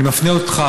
אני מפנה אותך,